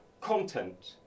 content